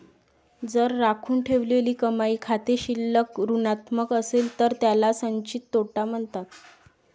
जर राखून ठेवलेली कमाई खाते शिल्लक ऋणात्मक असेल तर त्याला संचित तोटा म्हणतात